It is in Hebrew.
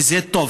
וזה טוב.